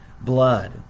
blood